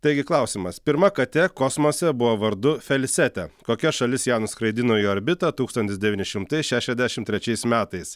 taigi klausimas pirma katė kosmose buvo vardu felisetė kokia šalis ją nuskraidino į orbitą tūkstantis devyni šimtai šešiasdešimt trečiais metais